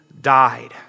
died